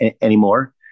anymore